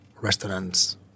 restaurants